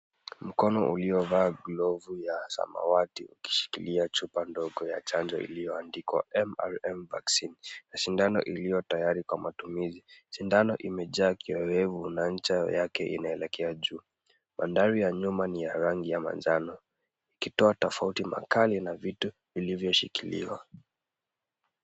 Mkono uliovaa glovu ya samawati ukishikilia chupa ndogo ya chanjo iliyoandikwa MRN Vaccine na sindano iliyo tayari kwa matumizi, sindano imejaa kioevu na ncha yake inaelekea juu. Bandari ya nyuma ni ya rangi ya manjano, ikitoa tofauti makali na vitu vilivyoshikiliwa.